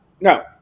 no